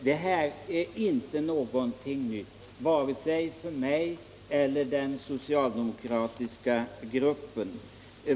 Detta är inte någonting nytt, vare sig för mig eller för den socialdemokratiska gruppen.